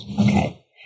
Okay